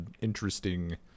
interesting